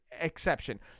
exception